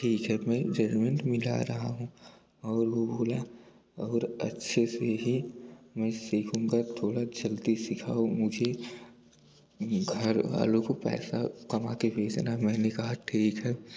ठीक है मैं जजमेंट मिला रहा हूँ और वह बोला और अच्छे से ही मैं सीखूंगा थोड़ा जल्दी सिखाओ मुझे घर वालों को पैसा कमा के भेजना मैंने कहा ठीक है